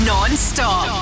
non-stop